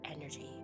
energy